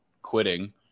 Quitting